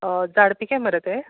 झाड पिके मरे ते